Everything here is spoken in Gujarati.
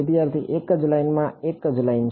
વિદ્યાર્થી એ જ લાઇન એ જ લાઇન